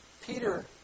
Peter